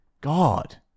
god